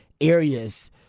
areas